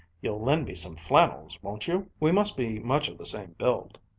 you'll lend me some flannels, won't you? we must be much of the same build.